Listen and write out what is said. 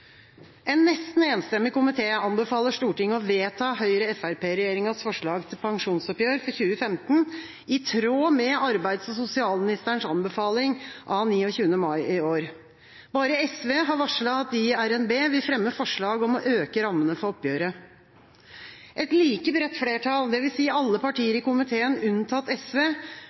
En nesten enstemmig komité anbefaler Stortinget å vedta Høyre–Frp-regjeringas forslag til pensjonsoppgjør for 2015, i tråd med arbeids- og sosialministerens anbefaling av 29. mai i år. Bare SV har varslet at de i revidert nasjonalbudsjett vil fremme forslag om å øke rammene for oppgjøret. Et like bredt flertall, det vil si alle partier